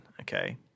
okay